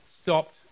stopped